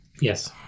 yes